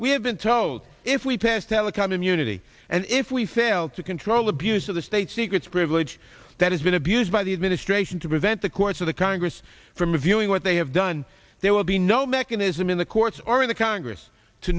we have been told if we pass telecom immunity and if we fail to control abuse of the state secrets privilege that has been abused by the administration to prevent the courts or the congress from reviewing what they have done there will be no mechanism in the courts or in the congress to